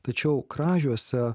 tačiau kražiuose